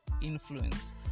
influence